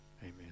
Amen